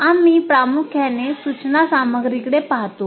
आम्ही प्रामुख्याने सूचना सामग्रीकडे पाहतो